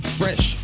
fresh